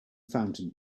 fountain